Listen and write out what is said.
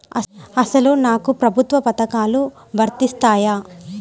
అసలు నాకు ప్రభుత్వ పథకాలు వర్తిస్తాయా?